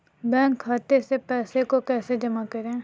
Bank खाते से पैसे को कैसे जमा करें?